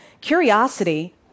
curiosity